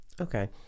okay